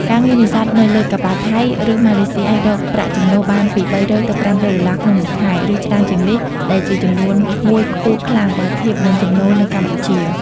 ការងារនេសាទនៅលើកប៉ាល់ថៃ ឬម៉ាឡេស៊ីអាចរកប្រាក់ចំណូលបានពី ៣០០ ទៅ ៥០០ ដុល្លារក្នុងមួយខែ ឬច្រើនជាងនេះ ដែលជាចំនួនមួយខ្ពស់ខ្លាំងបើធៀបនឹងចំណូលនៅកម្ពុជា។